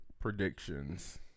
predictions